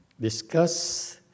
discuss